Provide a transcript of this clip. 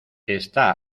está